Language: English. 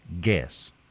guess